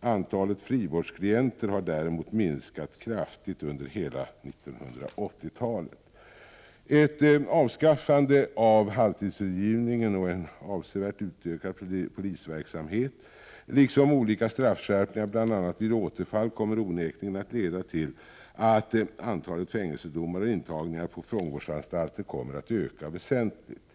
Antalet frivårdsklienter har däremot minskat kraftigt under hela 1980-talet. Ett avskaffande av halvtidsfrigivningen och en avsevärt utökad polisverksamhet liksom olika straffskärpningar bl.a. vid återfall kommer onekligen att leda till att antalet fängelsedomar och intagningar på fångvårdsanstalter kommer att öka väsentligt.